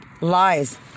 lies